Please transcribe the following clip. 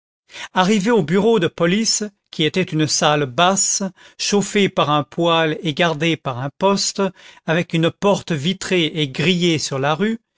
arrivé au bureau de police qui était une salle basse chauffée par un poêle et gardée par un poste avec une porte vitrée et grillée sur la rue